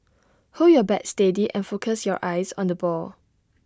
hold your bat steady and focus your eyes on the ball